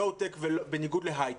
לוטק בניגוד להייטק.